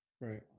Right